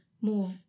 move